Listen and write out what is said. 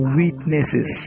witnesses